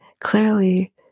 clearly